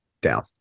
down